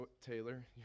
Taylor